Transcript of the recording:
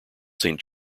saint